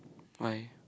why